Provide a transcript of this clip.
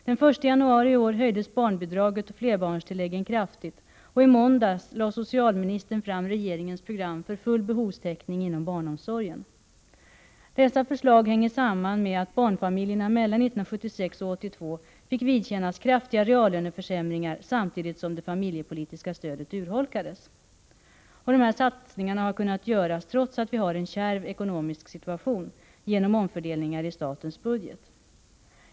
Den 1 januari i år höjdes barnbidraget och flerbarnstilläggen kraftigt, och i måndags lade socialministern fram regeringens program för full behovstäckning inom barnomsorgen. Dessa förslag hänger samman med att barnfamiljerna mellan 1976 och 1982 fick vidkännas kraftiga reallöneförsämringar samtidigt som det familjepolitiska stödet urholkades. Satsningarna har kunnat göras trots att vi har en kärv ekonomisk situation — genom omfördelningar i statens budget.